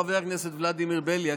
חבר הכנסת ולדימיר בליאק,